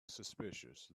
suspicious